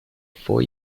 four